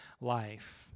life